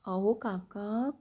अहो काका